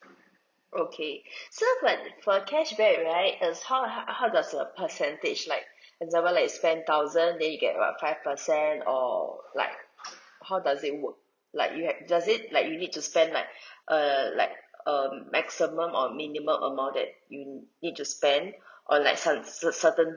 okay so but for a cashback right uh how how how does the percentage like example like ten thousand then you get about five percent or like how does it work like you had does it like you need to spend like err like um maximum or minimum amount that you need to spend or like some cert~ certain